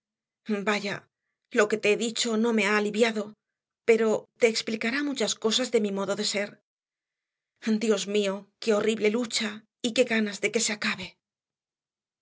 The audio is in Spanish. vaya lo que te he dicho no me ha aliviado pero te explicará muchas cosas de mi modo de ser dios mío qué horrible lucha y qué ganas de que se acabe